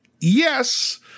Yes